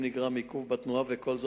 המיותרים בכל בוקר?